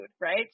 right